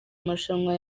amarushanwa